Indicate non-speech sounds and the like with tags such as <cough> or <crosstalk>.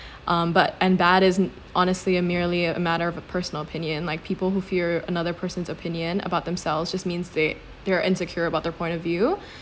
<breath> um but and that isn't honestly a merely a matter of personal opinion like people who fear another person's opinion about themselves just means that they're insecure about their point of view <breath>